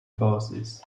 forces